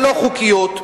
הלא-חוקיות.